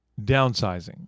Downsizing